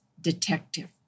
detective